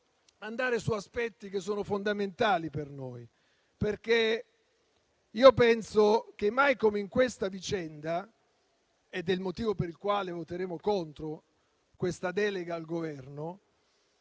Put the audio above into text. andare su aspetti che sono fondamentali per noi. Penso che mai come in questa vicenda - ed è del motivo per il quale voteremo contro questa delega al Governo